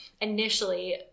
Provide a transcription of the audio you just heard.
initially